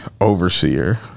overseer